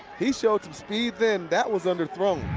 he showed some speed then. that was under-thrown.